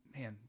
man